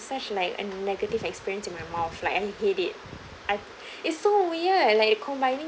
such like a negative experience in my mouth like I hate it I it's so weird like combining